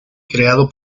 creado